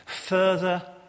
further